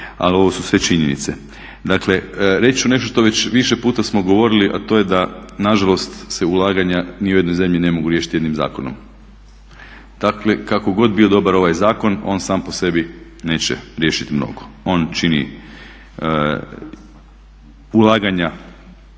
ali ovo su sve činjenice. Dakle, reći ću nešto što već više puta smo govorili a to je da nažalost se ulaganja ni u jednoj zemlji ne mogu riješiti jednim zakonom. Dakle kako god bio dobar ovaj zakon on sam po sebi neće riješiti mnogo. On čini ulaganja